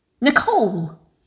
Nicole